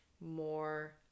more